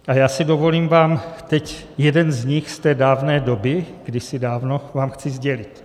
A já si dovolím vám teď jeden z nich z té dávné doby, kdysi dávno, vám chci sdělit.